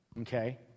okay